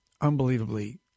Unbelievably